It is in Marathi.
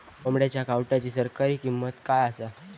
कोंबड्यांच्या कावटाची सरासरी किंमत काय असा?